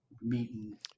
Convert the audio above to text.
Meeting